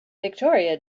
victoria